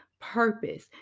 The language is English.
purpose